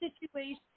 situation